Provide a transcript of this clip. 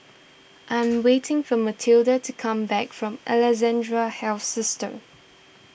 I am waiting for Mathilde to come back from Alexandra Health System